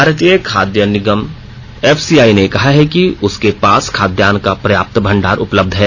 भारतीय खाद्य निगम एफसीआई ने कहा है कि उसके पास खाद्यान्न का पर्याप्त भंडार उपलब्य है